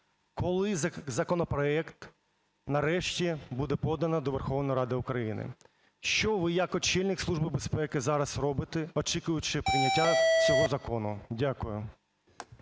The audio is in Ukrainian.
Коли законопроект нарешті буде подано до Верховної Ради України? Що ви як очільник Служби безпеки зараз робите, очікуючи прийняття цього закону? Дякую.